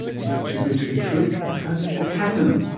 is it too good to be true and how did it happen?